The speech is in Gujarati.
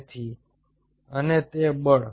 તેથી અને તે બળ